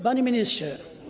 Panie Ministrze!